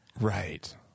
right